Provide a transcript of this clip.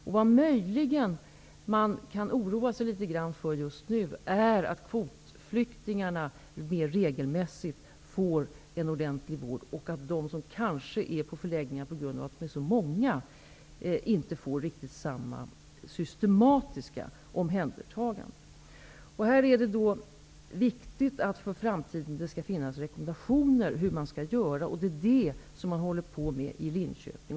Vad man möjligen kan oroa sig litet grand för just nu är situationen att kvotflyktingarna mer regelmässigt får en ordentlig vård medan de som kanske är på förläggningarna på grund av att de är så många inte får riktigt samma systematiska omhändertagande. Det är viktigt att det inför framtiden finns rekommendationer om hur man skall göra. Det är dessa man arbetar med i Linköping.